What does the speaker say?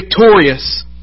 victorious